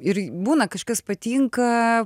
ir būna kažkas patinka